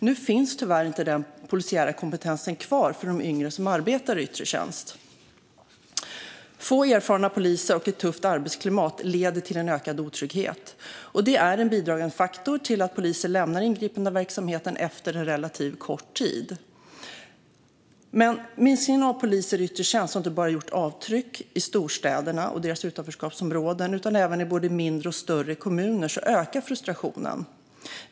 Nu finns tyvärr inte den polisära kompetensen kvar för de yngre som arbetar i yttre tjänst. Få erfarna poliser och ett tufft arbetsklimat leder till en ökad otrygghet, och det är en bidragande faktor till att poliser lämnar ingripandeverksamheten efter en relativt kort tid. Minskningen av antalet poliser i yttre tjänst har inte bara gjort avtryck i storstäderna och deras utanförskapsområden. I både mindre och större kommuner ökar frustrationen.